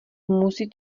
musí